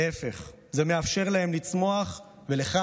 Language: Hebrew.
להפך, זה מאפשר להם לצמוח, ולך,